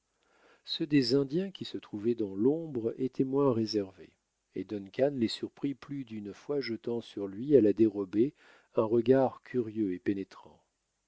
ceux des indiens qui se trouvaient dans l'ombre étaient moins réservés et duncan les surprit plus d'une fois jetant sur lui à la dérobée un regard curieux et pénétrant